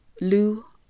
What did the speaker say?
Lou